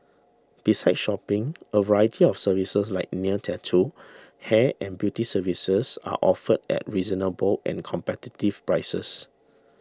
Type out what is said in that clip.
besides shopping a variety of services like nails tattoo hair and beauty services are offered at reasonable and competitive prices